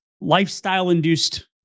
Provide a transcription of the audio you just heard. lifestyle-induced